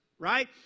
right